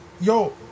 Yo